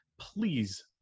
please